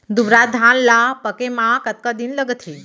दुबराज धान ला पके मा कतका दिन लगथे?